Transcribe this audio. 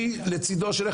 אני לצידו של,